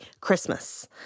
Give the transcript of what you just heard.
Christmas